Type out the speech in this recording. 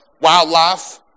wildlife